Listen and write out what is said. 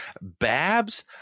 Babs